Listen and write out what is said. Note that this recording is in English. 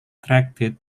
attracted